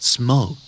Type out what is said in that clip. Smoke